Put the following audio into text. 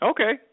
Okay